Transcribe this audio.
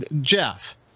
Jeff